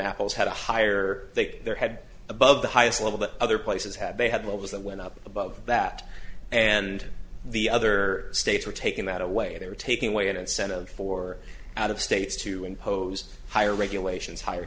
apples had a higher take their head above the highest level that other places had they had what was that went up above that and the other states were taking that away they were taking away an incentive for out of states to impose higher regulations higher